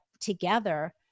together